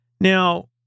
Now